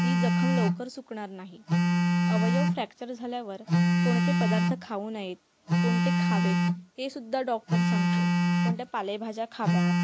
ती जखम लवकर सुकणार नाही अवयव फ्रॅक्चर झाल्यावर कोणते पदार्थ खाऊ नयेत कोणते खावेत हे सुद्धा डॉक्टर सांगतो कोणत्या पालेभाज्या खाव्यात